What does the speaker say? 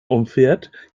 umfährt